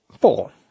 Four